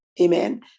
Amen